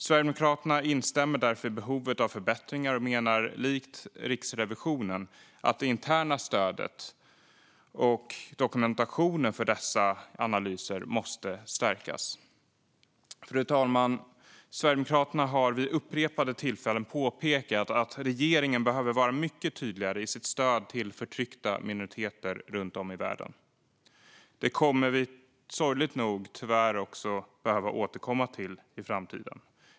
Sverigedemokraterna instämmer därför i att det finns behov av förbättringar och menar likt Riksrevisionen att det interna stödet och dokumentationen för dessa analyser måste stärkas. Fru talman! Sverigedemokraterna har vid upprepade tillfällen påpekat att regeringen behöver vara mycket tydligare i sitt stöd till förtryckta minoriteter runt om i världen. Det kommer vi sorgligt nog också att behöva återkomma till i framtiden.